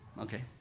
Okay